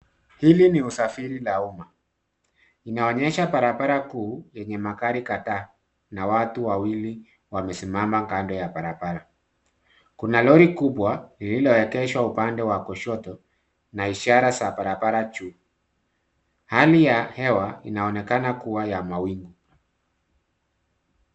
Hili ni usafiri la umma. Linaonyesha barabara kuu yenye magari kadhaa na watu wawili wamesimama kando ya barabara .Kuna lori kubwa lililoegeshwa upande wa kushoto na ishara za barabara juu. Hali ya hewa inaonekana kuwa ya mawingu.